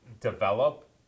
develop